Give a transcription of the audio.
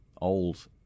old